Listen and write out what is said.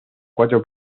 cuatro